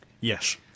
Yes